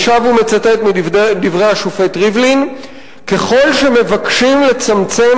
אני שב ומצטט מדברי השופט ריבלין: "ככל שמבקשים לצמצם